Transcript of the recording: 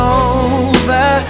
over